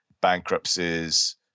bankruptcies